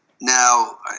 Now